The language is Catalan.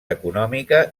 econòmica